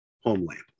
homeland